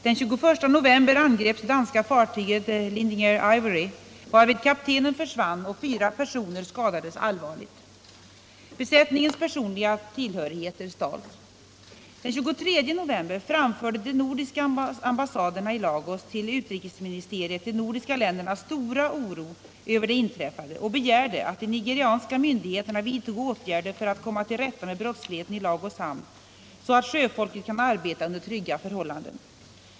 Den 21 november angreps det danska fartyget ”Lindinger Ivory” varvid kaptenen försvann och fyra personer skadades allvarligt. — Nr 43 Besättningens personliga tillhörigheter stals. Torsdagen den Den 23 november framförde de nordiska ambassaderna i Lagos till 8 december 1977 utrikesministeriet de nordiska ländernas stora oro över det inträffade I och begärde att de nigerianska myndigheterna vidtog åtgärder för att — Om åtgärder för att komma till rätta med brottsligheten i Lagos hamn så att sjöfolket kan — skydda svenska arbeta under trygga förhållanden.